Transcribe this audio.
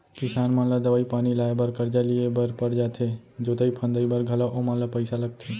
किसान मन ला दवई पानी लाए बर करजा लिए बर पर जाथे जोतई फंदई बर घलौ ओमन ल पइसा लगथे